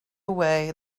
away